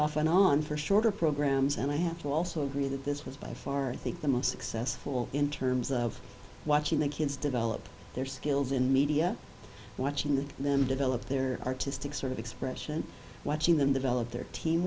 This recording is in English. off and on for shorter programs and i have to also agree that this was by far the most successful in terms of watching the kids develop their skills in media watching the them develop their artistic sort of expression watching them develop their